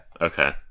Okay